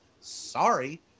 sorry